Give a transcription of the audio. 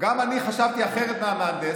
גם אני חשבתי אחרת מהמהנדס,